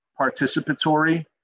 participatory